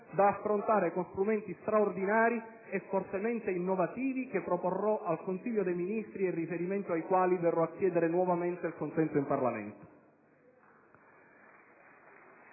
da affrontare con strumenti straordinari e fortemente innovativi, che proporrò al Consiglio dei ministri e in riferimento ai quali verrò a chiedere nuovamente il consenso del Parlamento.